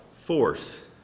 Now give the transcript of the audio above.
force